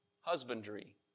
Husbandry